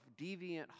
deviant